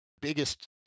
biggest